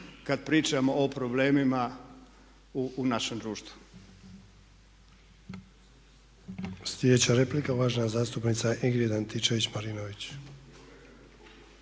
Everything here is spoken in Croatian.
kada pričamo o problemima u našem društvu.